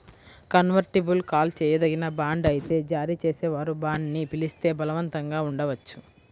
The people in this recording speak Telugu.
కన్వర్టిబుల్ కాల్ చేయదగిన బాండ్ అయితే జారీ చేసేవారు బాండ్ని పిలిస్తే బలవంతంగా ఉండవచ్చు